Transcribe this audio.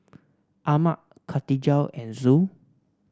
Ahmad Katijah and Zul